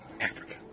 Africa